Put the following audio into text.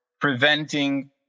preventing